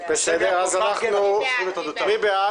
איזושהי בעיה